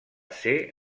ser